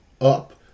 up